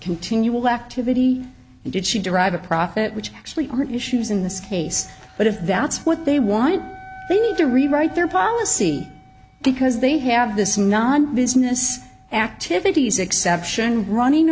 continual activity and did she derive a profit which actually aren't issues in this case but if that's what they want to rewrite their policy because they have this non business activities exception running